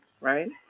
right